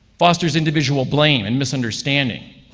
fosters individual blame and misunderstanding.